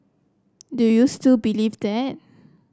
do you still believe that